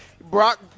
Brock